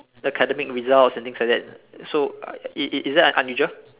academic results and things like that so is is is that unusual